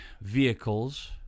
vehicles